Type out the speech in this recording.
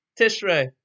Tishrei